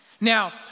Now